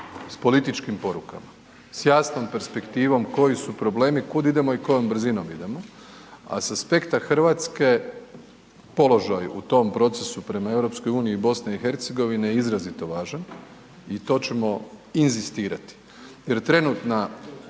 s političkim porukama, s jasnom perspektivom koji su problemi, kud idemo i kojom brzinom idemo, a sa aspekta RH, položaj u tom procesu prema EU BiH je izrazito važan i to ćemo inzistirati jer trenutna